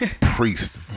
Priest